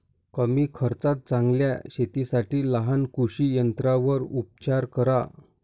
कमी खर्चात चांगल्या शेतीसाठी लहान कृषी यंत्रांवर उपचार करा